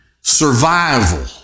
Survival